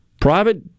Private